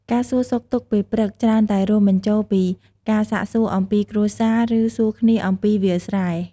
ការសួរសុខទុក្ខពេលព្រឹកច្រើនតែរួមបញ្ចូលពី ការសាកសួរអំពីគ្រួសារ ឬ សួរគ្នាអំពីវាលស្រែ។